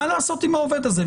מה לעשות עם העובד הזה?